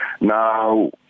Now